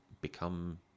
become